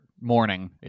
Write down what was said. morning